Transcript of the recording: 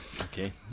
okay